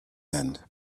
end